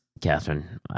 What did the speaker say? Catherine